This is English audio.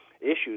issues